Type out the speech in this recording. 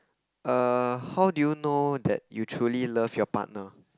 err how do you know that you truly love your partner